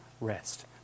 rest